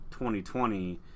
2020